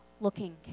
looking